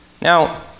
Now